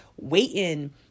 waiting